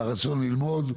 על הרצון ללמוד,